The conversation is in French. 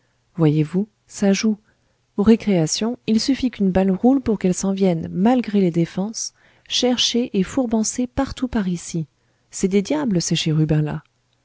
voyez-vous ça joue aux récréations il suffit qu'une balle roule pour qu'elles s'en viennent malgré les défenses chercher et fourbanser partout par ici c'est des diables ces chérubins là